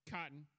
Cotton